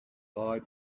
boy